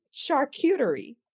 Charcuterie